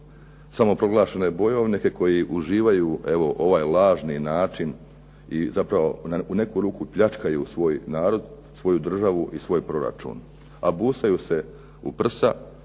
samoproglašene bojovnike koji uživaju evo ovaj lažni način i zapravo u neku ruku pljačkaju svoj narod, svoju državu i svoj proračun. A busaju se u prsa